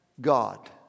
God